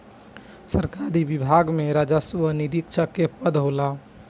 सरकारी विभाग में राजस्व निरीक्षक के पद होला